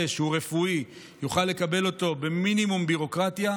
שהוא רפואי יוכל לקבל אותו במינימום ביורוקרטיה.